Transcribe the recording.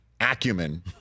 acumen